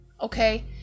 Okay